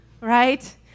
Right